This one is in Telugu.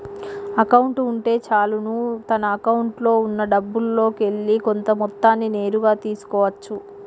అకౌంట్ ఉంటే చాలును తన అకౌంట్లో ఉన్నా డబ్బుల్లోకెల్లి కొంత మొత్తాన్ని నేరుగా తీసుకో అచ్చు